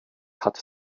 hat